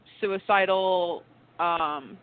suicidal